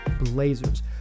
Blazers